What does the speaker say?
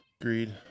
Agreed